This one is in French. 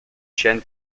chen